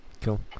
Cool